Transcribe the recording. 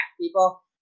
people